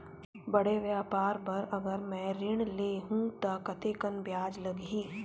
बड़े व्यापार बर अगर मैं ऋण ले हू त कतेकन ब्याज लगही?